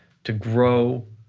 to grow,